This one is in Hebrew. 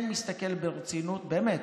אני כן מסתכל ברצינות, באמת,